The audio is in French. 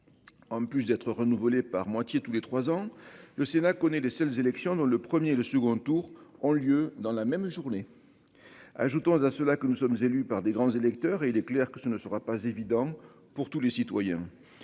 En plus d'être renouvelés par moitié tous les 3 ans, le Sénat connaît les seules élections dont le 1er, le second tour ont lieu dans la même journée. Ajoutons à cela que nous sommes élus par des grands électeurs et il est clair que ce ne sera pas évident pour tous les citoyens.